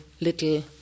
little